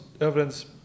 evidence